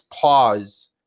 pause